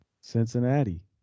Cincinnati